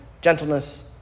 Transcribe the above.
gentleness